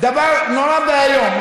דבר נורא ואיום.